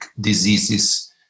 diseases